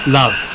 love